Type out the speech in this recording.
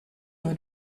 nur